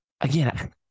again